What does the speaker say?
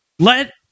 Let